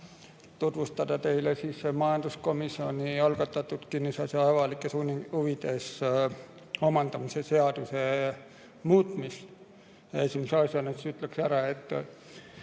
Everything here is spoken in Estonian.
tutvustada teile siis majanduskomisjoni algatatud kinnisasja avalikes huvides omandamise seaduse muutmist. Esimese asjana ütlen ära, et